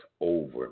over